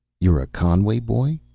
you're a conway boy?